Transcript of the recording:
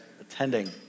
attending